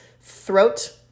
throat